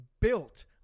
built